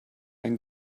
ein